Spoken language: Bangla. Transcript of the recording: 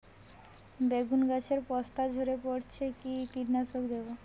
বেগুন গাছের পস্তা ঝরে পড়ছে কি কীটনাশক দেব?